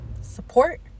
support